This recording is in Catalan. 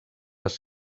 les